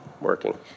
working